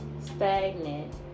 stagnant